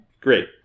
Great